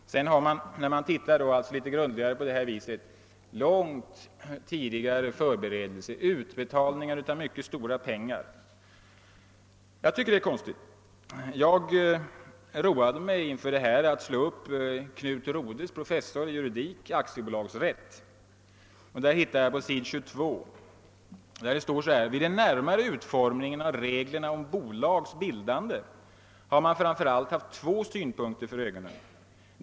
Den som tittar efter litet grundligare finner att förberedelser gjorts långt i förväg och att det skett utbetalningar av mycket stora belopp. Jag tycker att det är konstigt. Jag har roat mig med att slå upp »Aktiebolagsrätt« av Knut Rodhe, professor i juridik. Där hittade jag på s. 22 följande: »Vid den närmare utformningen av reglerna om bolagets bildande har man framför allt haft två synpunkter för ögonen.